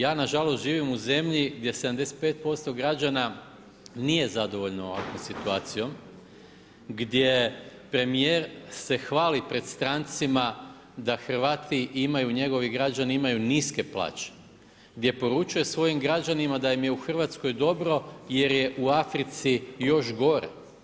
Ja nažalost živim u zemlji gdje 75% građana nije zadovoljno ovakvom situacijom gdje premijer se hvali pred strancima da Hrvati imaju, njegovi građani imaju niske plaće, gdje poručuje svojim građanima da im je u Hrvatskoj dobro jer je u Africi još gore.